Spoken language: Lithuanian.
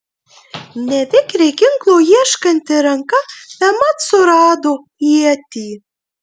nevikriai ginklo ieškanti ranka bemat surado ietį